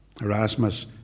Erasmus